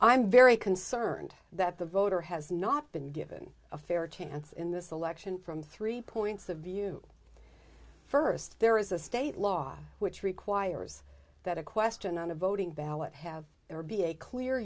i'm very concerned that the voter has not been given a fair chance in this election from three points of view first there is a state law which requires that a question on a voting ballot have there be a clear